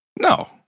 No